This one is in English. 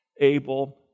Abel